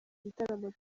gitaramo